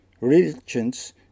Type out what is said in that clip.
Religions